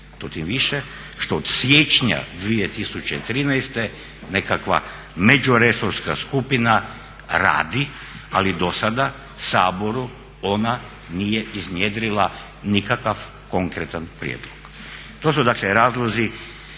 To tim više što od siječnja 2013.nekakva međuresorska skupina radi ali dosada Saboru ona nije iznjedrila nikakav konkretan prijedlog. To su dakle razlozi